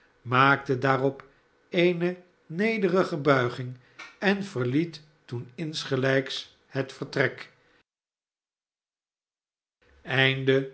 maakte daarop eene nederige buigmg en verhet toen insgelijks het vertrek